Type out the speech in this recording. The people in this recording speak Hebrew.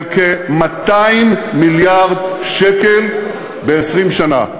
כ-200 מיליארד שקל ב-20 שנה.